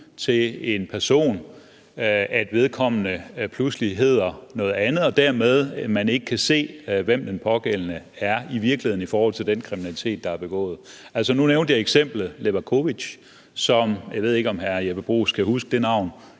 til en person, at vedkommende pludselig hedder noget andet, så man dermed ikke kan se, hvem den pågældende i virkeligheden er i forhold til den kriminalitet, der er begået. Nu nævnte jeg eksemplet Levakovic; jeg ved ikke om hr. Jeppe Bruus kan huske det navn.